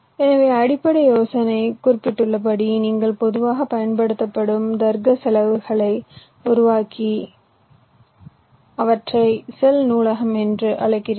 எனவே அடிப்படை யோசனை குறிப்பிட்டுள்ளபடி நீங்கள் பொதுவாகப் பயன்படுத்தப்படும் தர்க்க செல்களை உருவாக்கி அவற்றை செல் நூலகம் என்று அழைக்கிறீர்கள்